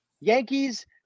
Yankees